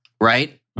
right